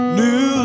new